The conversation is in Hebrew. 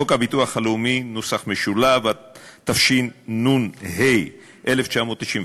חוק הביטוח הלאומי , התשנ"ה 1995,